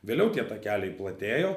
vėliau tie takeliai platėjo